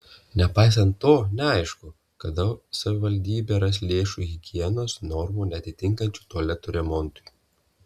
nepaisant to neaišku kada savivaldybė ras lėšų higienos normų neatitinkančių tualetų remontui